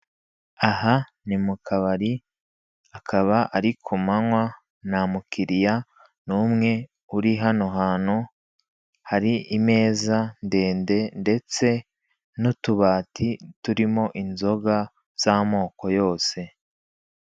Aha ni mu kabari, akaba ari ku manywa, nta mukiriya n'umwe uri hano hantu, hari imeza ndende, ndetse n'utubati turimo inzoga z'amoko yose.